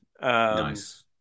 Nice